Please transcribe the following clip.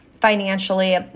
financially